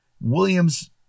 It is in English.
Williams